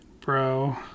bro